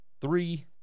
three